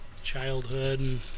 childhood